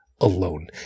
alone